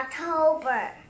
October